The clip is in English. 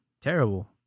terrible